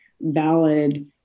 valid